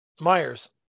Myers